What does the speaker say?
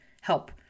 help